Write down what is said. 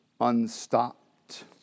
unstopped